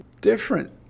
different